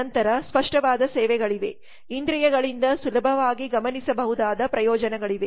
ನಂತರ ಸ್ಪಷ್ಟವಾದ ಸೇವೆಗಳಿವೆ ಇಂದ್ರಿಯಗಳಿಂದ ಸುಲಭವಾಗಿ ಗಮನಿಸಬಹುದಾದ ಪ್ರಯೋಜನಗಳಿವೆ